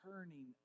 turning